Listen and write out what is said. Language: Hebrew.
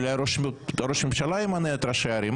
אולי ראש הממשלה ימנה את ראשי הערים.